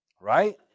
Right